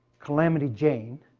calamity jane,